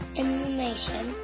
information